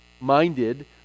minded